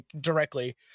directly